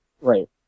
Right